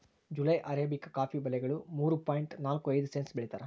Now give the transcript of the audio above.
July arabica coffee ಬೆಲೆಗಳು ಮೂರು point ನಾಲ್ಕು ಐದು ಸೆಂಟ್ಸ್ ಬೆಳೀತಾರ